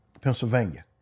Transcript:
Pennsylvania